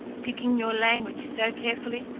picking your language so carefully,